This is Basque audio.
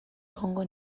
egongo